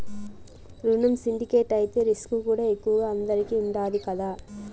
రునం సిండికేట్ అయితే రిస్కుకూడా ఎక్కువగా అందరికీ ఉండాది కదా